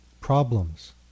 problems